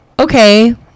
okay